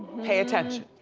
pay attention.